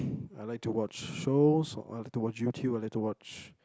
I like to watch shows or I like to watch YouTube I like to watch